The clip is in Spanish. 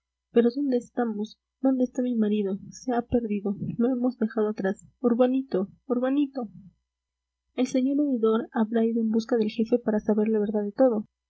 pero dónde estamos dónde está mi marido se ha perdido lo hemos dejado atrás urbanito urbanito el señor oidor habrá ido en busca del jefe para saber la verdad de todo